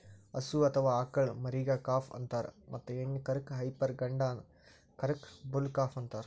ಹಸು ಅಥವಾ ಆಕಳ್ ಮರಿಗಾ ಕಾಫ್ ಅಂತಾರ್ ಮತ್ತ್ ಹೆಣ್ಣ್ ಕರಕ್ಕ್ ಹೈಪರ್ ಗಂಡ ಕರಕ್ಕ್ ಬುಲ್ ಕಾಫ್ ಅಂತಾರ್